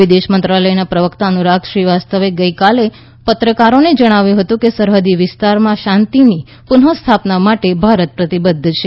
વિદેશ મંત્રાલયના પ્રવક્તા અનુરાગ શ્રીવાસ્તવે ગઈકાલે પત્રકારોને જણાવ્યું હતું કે સરહદી વિસ્તારમાં શાંતિની પુનઃ સ્થાપના માટે ભારત પ્રતિબદ્ધ છે